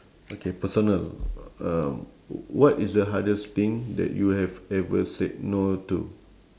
okay personal um what is the hardest thing that you have ever said no to